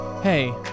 Hey